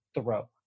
throw